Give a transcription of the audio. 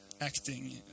acting